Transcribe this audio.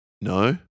No